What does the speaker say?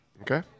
Okay